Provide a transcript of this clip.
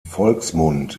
volksmund